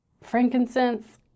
frankincense